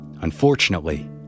Unfortunately